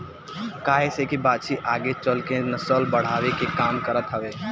काहे से की बाछी आगे चल के नसल बढ़ावे के काम करत हवे